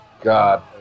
God